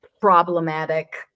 problematic